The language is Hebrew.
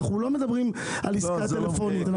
אנחנו לא מדברים על עסקה טלפונית.